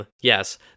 yes